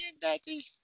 daddy